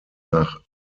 nach